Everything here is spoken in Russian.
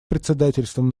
председательством